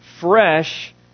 fresh